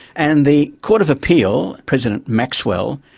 and the court of appeal, president maxwell,